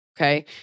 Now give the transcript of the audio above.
okay